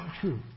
true